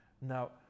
Now